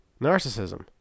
Narcissism